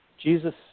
Jesus